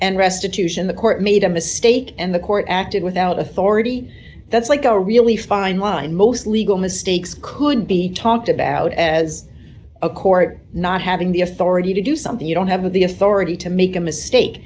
and restitution the court made a mistake and the court acted without authority that's like a really fine line most legal mistakes could be talked about as a court not having the authority to do something you don't have the authority to make a mistake